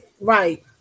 right